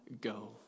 go